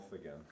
again